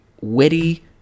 witty